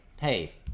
hey